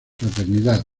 fraternidad